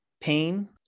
pain